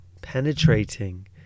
penetrating